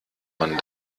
man